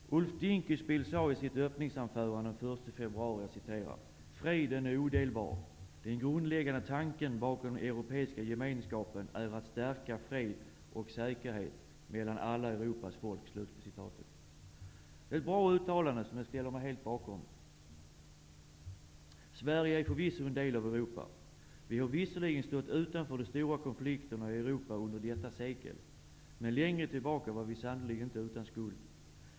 Herr talman! Ulf Dinkelspiel sade i sitt öppningsanförande den 1 februari: ''Freden är odelbar. Den grundläggande tanken bakom den europeiska gemenskapen är att stärka fred och säkerhet mellan alla Europas folk.'' Det är ett bra uttalande som jag ställer mig helt bakom. Sverige är förvisso en del av Europa. Vi har visserligen stått utanför de stora konflikterna i Europa under detta sekel, men längre tillbaka var vi sannerligen inte utan skuld.